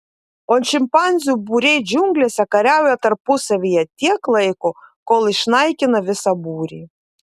o šimpanzių būriai džiunglėse kariauja tarpusavyje tiek laiko kol išnaikina visą būrį